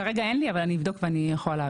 כרגע אין לי, אבל אני אבדוק ואני יכולה להעביר.